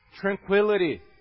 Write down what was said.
tranquility